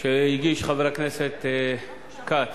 שהגיש חבר הכנסת כץ